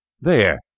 There